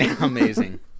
amazing